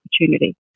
opportunity